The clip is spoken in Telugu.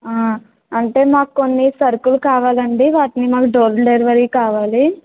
అంటే మాకొన్ని సరుకులు కావాలండి వాటిని మాకు డోర్ డెలివరీ కావాలి